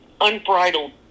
unbridled